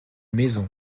maison